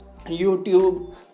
YouTube